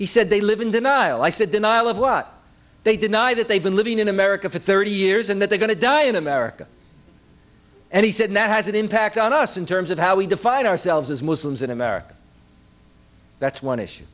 he said they live in denial i said denial of what they deny that they've been living in america for thirty years and that they're going to die in america and he said that has an impact on us in terms of how we define ourselves as muslims in america that's one issue